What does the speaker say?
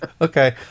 Okay